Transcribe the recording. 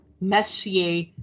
Messier